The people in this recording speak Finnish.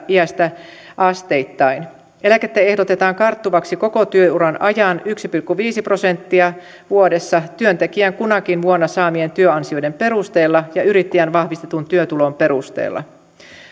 iästä asteittain eläkettä ehdotetaan karttuvaksi koko työuran ajan yksi pilkku viisi prosenttia vuodessa työntekijän kunakin vuonna saamien työansioiden perusteella ja yrittäjän vahvistetun työtulon perusteella